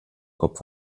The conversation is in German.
kopf